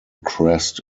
crest